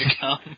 come